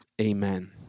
amen